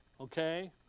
okay